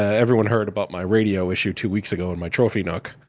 everyone heard about my radio issue two weeks ago and my trophy nook.